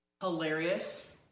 hilarious